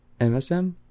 msm